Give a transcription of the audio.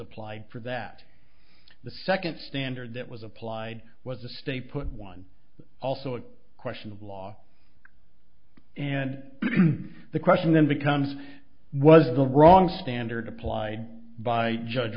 applied for that the second standard that was applied was the stay put one also a question of law and the question then becomes was the wrong standard applied by judge